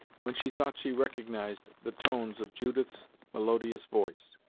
when she thought she recognized the tones of judith's melodious voice.